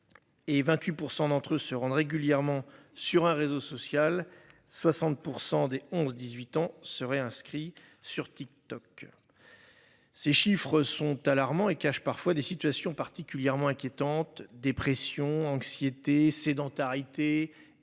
28% d'entre eux se rendent régulièrement sur un réseau social 60% dès 11 18 ans se réinscrit sur TikTok. Ces chiffres sont alarmants et cachent parfois des situations particulièrement inquiétante, dépression, anxiété sédentarité isolement